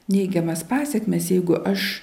neigiamas pasekmes jeigu aš